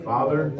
Father